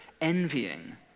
envying